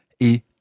Et